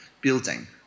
building